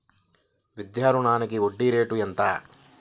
విద్యా రుణానికి వడ్డీ రేటు ఎంత?